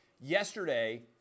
Yesterday